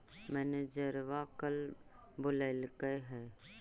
मैनेजरवा कल बोलैलके है?